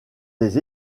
des